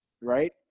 right